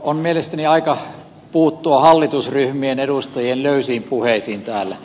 on mielestäni aika puuttua hallitusryhmien edustajien löysiin puheisiin täällä